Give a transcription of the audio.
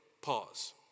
pause